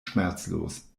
schmerzlos